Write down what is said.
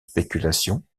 spéculations